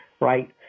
right